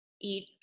eat